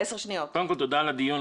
קודם כל תודה על הדיון,